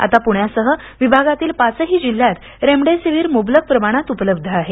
आता पूण्यासह विभागातील पाचही जिल्ह्यांत रेमडेसिव्हिर मुबलक प्रमाणात उपलब्ध आहे